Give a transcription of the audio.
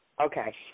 okay